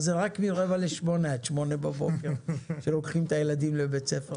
אז זה רק מרבע לשמונה עד שמונה בבוקר שלוקחים את הילדים לבית ספר,